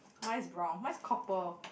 mine is brown mine is copper